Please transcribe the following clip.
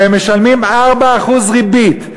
והם משלמים 4% ריבית.